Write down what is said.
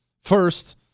First